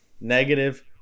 negative